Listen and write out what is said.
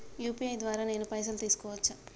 UPI ద్వారా నేను పైసలు తీసుకోవచ్చా?